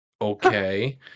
okay